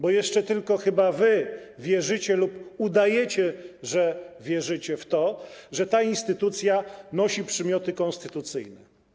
Bo jeszcze chyba tylko wy wierzycie lub udajecie, że wierzycie w to, że ta instytucja nosi przymioty konstytucyjne.